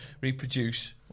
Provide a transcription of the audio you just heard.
reproduce